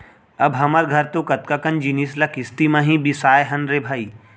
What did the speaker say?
अब हमर घर तो कतका कन जिनिस ल किस्ती म ही बिसाए हन रे भई